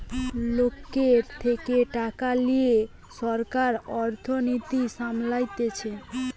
লোকের থেকে টাকা লিয়ে সরকার অর্থনীতি সামলাতিছে